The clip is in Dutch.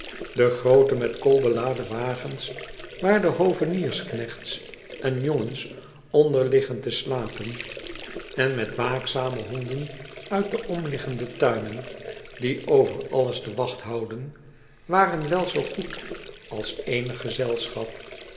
de groote met kool beladen wagens waar de hoveniersknechts en jongens onder liggen te slapen en met waakzame honden uit de omliggende tuinen die over alles de wacht houden waren wel zoo goed als eenig gezelschap